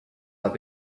have